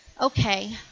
okay